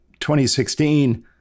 2016